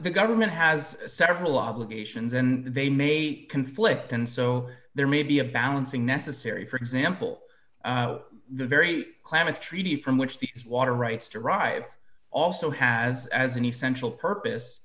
the government has several obligations and they may conflict and so there may be a balancing necessary for example the very klamath treaty from which these water rights derive also has as an essential purpose